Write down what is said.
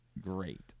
great